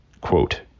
Quote